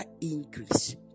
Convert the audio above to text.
increase